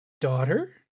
daughter